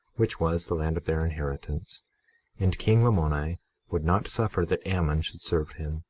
which was the land of their inheritance and king lamoni would not suffer that ammon should serve him,